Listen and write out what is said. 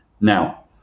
now